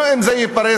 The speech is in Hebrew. גם אם זה ייפרס